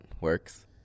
works